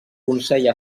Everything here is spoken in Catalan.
consell